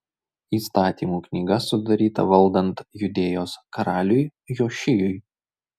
įstatymų knyga sudaryta valdant judėjos karaliui jošijui